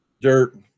dirt